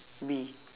bee